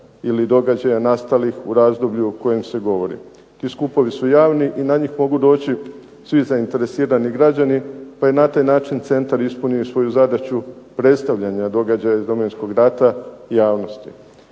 ili događaja nastalih u razdoblju o kojem se govori. Ti skupovi su javni i na njih mogu doći svi zainteresirani građani pa je na taj način centar ispunio svoju zadaću predstavljanja događaja iz Domovinskog rata javnosti.